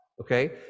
Okay